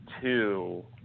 two